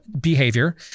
Behavior